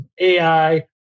AI